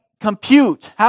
compute